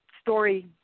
story